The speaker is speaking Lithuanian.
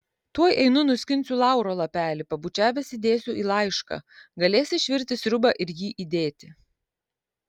tuoj einu nuskinsiu lauro lapelį pabučiavęs įdėsiu į laišką galėsi išvirti sriubą ir jį įdėti